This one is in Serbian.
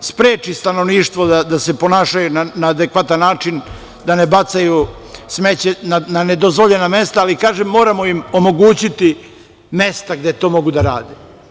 spreči stanovništvo da se ponaša na adekvatan način, da ne bacaju smeće na nedozvoljena mesta, ali, kažem, moramo im omogućiti mesta gde to mogu da rade.